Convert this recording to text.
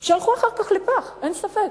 שהלכו אחר כך לפח, אין ספק.